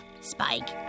Spike